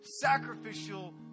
sacrificial